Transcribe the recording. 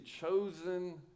chosen